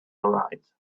arise